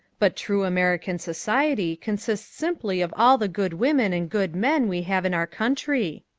but true american society consists simply of all the good women and good men we have in our country.